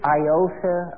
iota